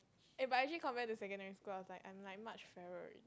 eh but actually compared to secondary school I was like I'm like much fairer already